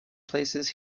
place